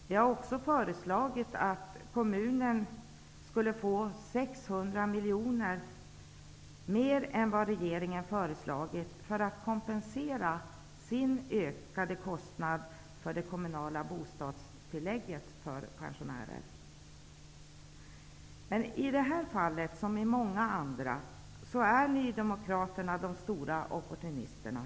Vi har också föreslagit att kommunerna skulle få 600 miljoner mer än vad regeringen föreslagit för att kompensera sina ökade kostnader för de kommunala bostadstilläggen för pensionärer. Men i detta fall, liksom i många andra fall, är nydemokraterna de stora opportunisterna.